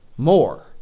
more